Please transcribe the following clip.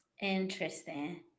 Interesting